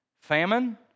famine